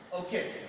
Okay